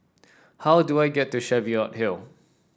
how do I get to Cheviot Hill